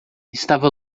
estava